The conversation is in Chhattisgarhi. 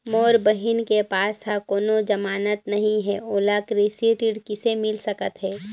मोर बहिन के पास ह कोनो जमानत नहीं हे, ओला कृषि ऋण किसे मिल सकत हे?